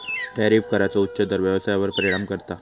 tariff कराचो उच्च दर व्यवसायावर परिणाम करता